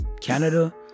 Canada